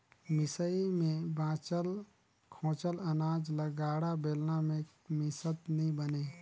मिसई मे बाचल खोचल अनाज ल गाड़ा, बेलना मे मिसत नी बने